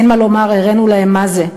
אין מה לומר, הראינו להם מה זה.